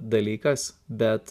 dalykas bet